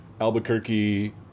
Albuquerque